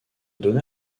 dona